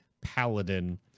Paladin